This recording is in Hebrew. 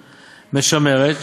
משמרת,